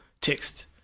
text